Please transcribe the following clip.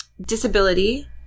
disability